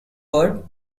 word